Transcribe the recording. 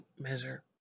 measure